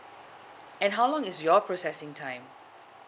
and how long is your processing time